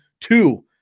two